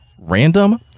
random